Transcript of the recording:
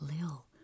Lil